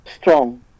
strong